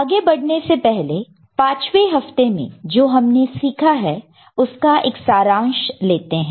आगे बढ़ने से पहले पाचवे हफ्ते में जो हमने सीखा है उसका एक सारांश लेते हैं